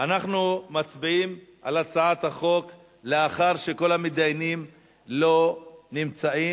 אנחנו מצביעים על הצעת החוק לאחר שכל המתדיינים לא נמצאים.